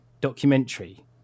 documentary